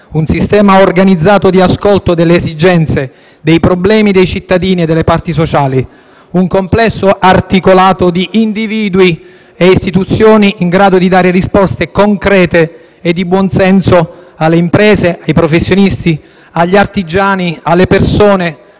un sistema organizzato di ascolto delle esigenze e dei problemi dei cittadini e delle parti sociali, un complesso articolato di individui e istituzioni in grado di dare risposte concrete e di buonsenso alle imprese, ai professionisti, agli artigiani e alle persone,